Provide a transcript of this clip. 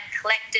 collected